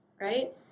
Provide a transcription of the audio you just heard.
right